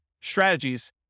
strategies